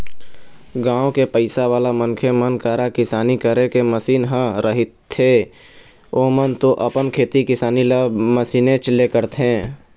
गाँव के पइसावाला मनखे मन करा किसानी करे के मसीन मन ह रहिथेए ओमन तो अपन खेती किसानी ल मशीनेच ले करथे